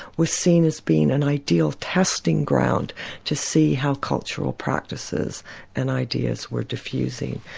was seen as being an ideal testing ground to see how cultural practices and ideas were diffusing.